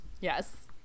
Yes